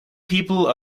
people